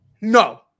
No